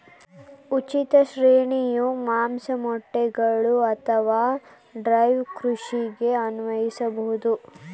ಉಚಿತ ಶ್ರೇಣಿಯು ಮಾಂಸ, ಮೊಟ್ಟೆಗಳು ಅಥವಾ ಡೈರಿ ಕೃಷಿಗೆ ಅನ್ವಯಿಸಬಹುದು